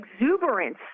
exuberance